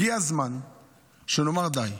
הגיע הזמן שנאמר די.